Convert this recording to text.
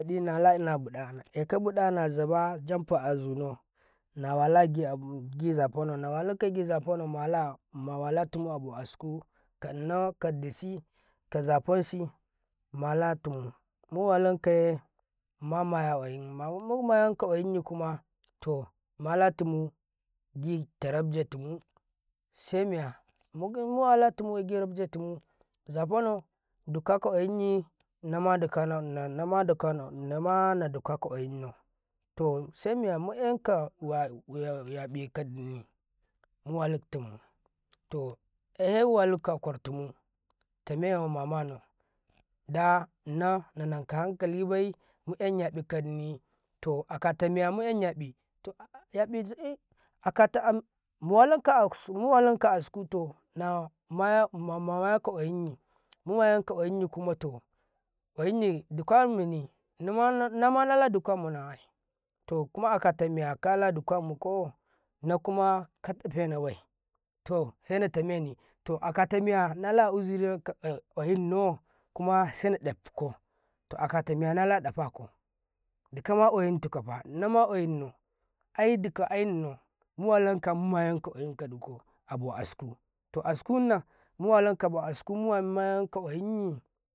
wadi nala ina bida na lekabuɗu zaƃa jam jam fa azunau nawala giza fanau nau nawa latumu abo asku kannau kadisi ka zafanau mala tumu mu walankaye malamaya ƙwayinmu wa lanka mala tumu gitarab jetu mu semiya muwata tumu gita rab jetumu zafanau dikaka ƙwayinyi nama dikanau nama dikanau ƙwayin nau to semiya miyan ka yaƃe kan ni muwallak tumu to sewa waluka ƙwar tini memafanau danan nanan ka han kalibai muein yaƃi kannimi en yaƃi kanni to ee muwa lanta asku to mayaka ƙwa yinyi muma yanka ƙwa yinyi kuma to ƙwayinyi dukamuninannan mala duka mu na ai to kuma akata miya kalada kamu kau na kuma kaɗa fena bai to sena tamene to aka tamiya nala uzuri ka ƙwayinnau kuma sena dafkau to akata miya naka ɗafakau dikama ƙwayintikafa almama ƙwayimau aidika ai ƙwayinnau muwa lanka mayan ƙwayin ka dikau abo asku to askuna muwalanka bo asku ayan ka ƙwa yinyi.